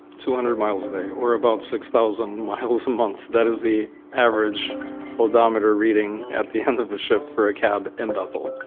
two hundred miles a day or about six thousand miles a month. that is the average odometer reading at the end of a shift for a cab in bethel.